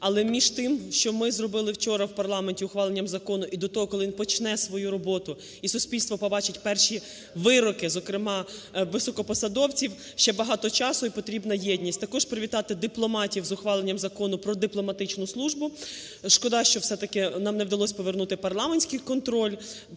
Але між тим, що ми зробили вчора в парламенті – ухваленням закону, і до того, коли він почне свою роботу і суспільство побачить перші вироки, зокрема високопосадовців, ще багато часу і потрібна єдність. Також привітати дипломатів з ухваленням Закону "Про дипломатичну службу". Шкода, що все ж таки нам не вдалося повернути парламентський контроль